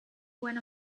when